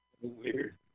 Weird